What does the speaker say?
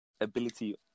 ability